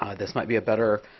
um this might be a better